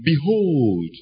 Behold